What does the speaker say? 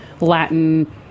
latin